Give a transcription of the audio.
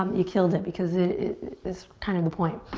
um you killed it because it is kind of the point.